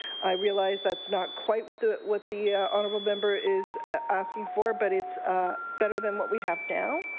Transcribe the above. i realize that's not quite what the what the honourable member is ah asking for. but it's better than what we have now.